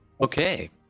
Okay